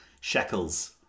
shekels